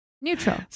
Neutral